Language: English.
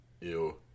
ew